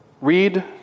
Read